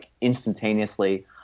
instantaneously